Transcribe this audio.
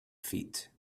feet